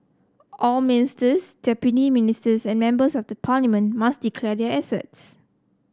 all ministers deputy ministers and members of the parliament must declare their assets